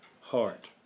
heart